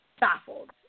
baffled